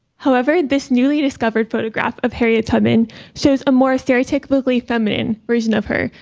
however, this newly discovered photograph of harriet tubman shows a more stereotypically feminine version of her,